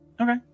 Okay